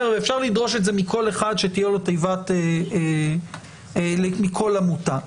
אפשר לדרוש מכל אחד שתהיה לו תיבת מייל מכל עמותה.